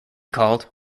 called